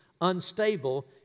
unstable